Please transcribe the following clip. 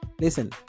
Listen